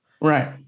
Right